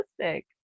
realistic